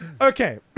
okay